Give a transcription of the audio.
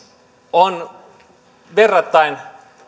on verrattain